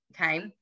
Okay